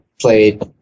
played